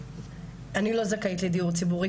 אני לא זכאית לדיור ציבורי,